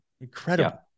Incredible